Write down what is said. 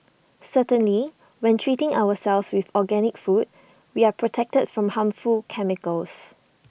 certainly when treating ourselves with organic food we are protected from harmful chemicals